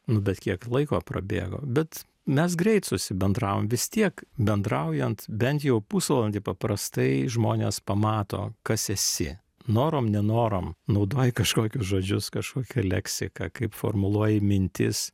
nu bet kiek laiko prabėgo bet mes greit susibendravom vis tiek bendraujant bent jau pusvalandį paprastai žmonės pamato kas esi norom nenorom naudoji kažkokius žodžius kažkokią leksiką kaip formuluoji mintis